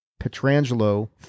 petrangelo